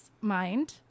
mind